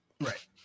Right